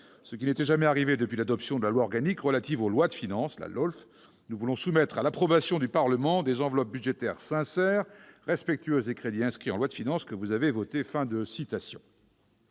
ce qui n'était jamais arrivé depuis l'adoption de la loi organique relative aux lois de finances, la LOLF. Nous voulons soumettre à l'approbation du Parlement des enveloppes budgétaires sincères, respectueuses des crédits inscrits en loi de finances que vous avez votés.